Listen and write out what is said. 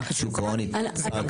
שוק הונית.